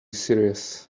serious